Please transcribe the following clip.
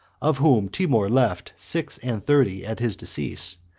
of whom timour left six-and-thirty at his decease,